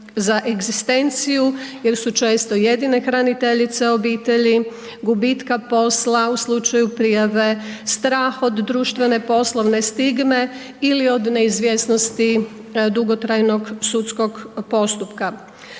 za egzistenciju jer su često jedine hraniteljice obitelji, gubitka posla u slučaju prijave, strah od društvene poslove stigme ili od neizvjesnosti dugotrajnog sudskog postupka.